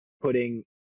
putting